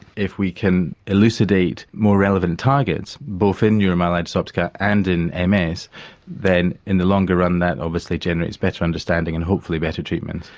if we can elucidate more relevant targets both in neuromyelitis optica and in um ms then in the longer run that obviously generates better understanding and hopefully better treatment.